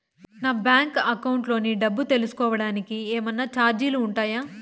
నా bank account లోని డబ్బు తెలుసుకోవడానికి కోవడానికి ఏమన్నా చార్జీలు ఉంటాయా?